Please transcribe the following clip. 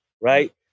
Right